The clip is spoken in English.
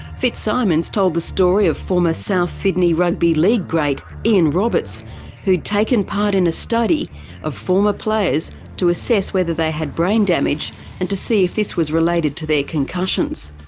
fitzsimons told the story of former south sydney rugby league great ian roberts who'd taken part in a study of former players to assess whether they had brain damage and to see if this was related to their concussions.